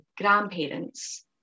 grandparents